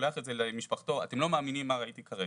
שולח את זה למשפחתו: אתם לא מאמינים מה ראיתי כרגע,